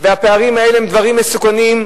והפערים האלה הם מסוכנים,